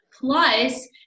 plus